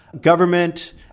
government—